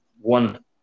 one